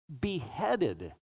beheaded